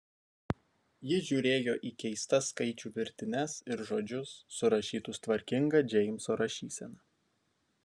ji žiūrėjo į keistas skaičių virtines ir žodžius surašytus tvarkinga džeimso rašysena